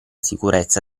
sicurezza